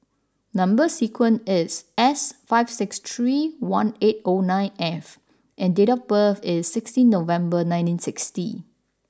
number sequence is S five six three one eight O nine F and date of birth is sixteen November nineteen sixty